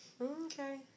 Okay